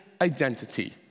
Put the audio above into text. identity